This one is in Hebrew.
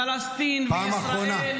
פלסטין וישראל,